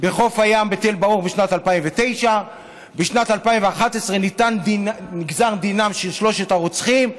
בחוף הים בתל ברוך בשנת 2009. בשנת 2011 נגזר דינם של שלושת הרוצחים,